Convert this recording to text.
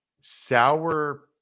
sour